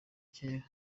kera